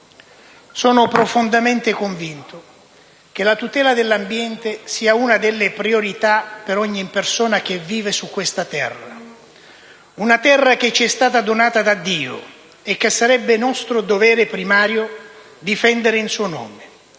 Sono profondamente convinto che la tutela dell'ambiente sia una delle priorità per ogni persona che vive su questa terra; una terra che ci è stata donata da Dio e che sarebbe nostro dovere primario difendere in suo nome,